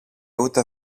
ούτε